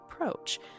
approach